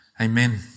Amen